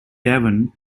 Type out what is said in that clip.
devon